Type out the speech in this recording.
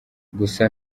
gusa